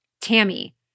Tammy